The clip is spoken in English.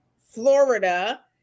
Florida